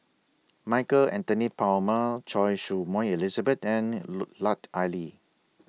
Michael Anthony Palmer Choy Su Moi Elizabeth and Lut Ali